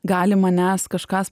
gali manęs kažkas